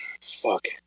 Fuck